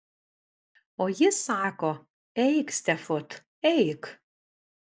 o jis sako eik stefut eik